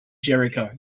jericho